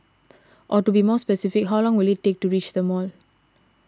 or to be more specific how long will it take to reach the mall